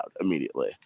immediately